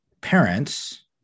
parents